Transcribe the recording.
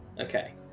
Okay